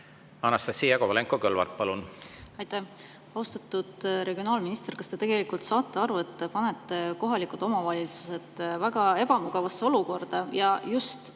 Anastassia Kovalenko-Kõlvart, palun! Aitäh! Austatud regionaalminister! Kas te tegelikult saate aru, et te panete kohalikud omavalitsused väga ebamugavasse olukorda, ja eriti